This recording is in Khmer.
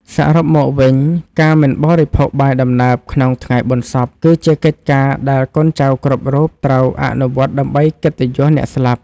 សរុបមកវិញ ការមិនបរិភោគបាយដំណើបក្នុងថ្ងៃបុណ្យសព គឺជាកិច្ចការដែលកូនចៅគ្រប់រូបត្រូវអនុវត្តដើម្បីកិត្តិយសអ្នកស្លាប់។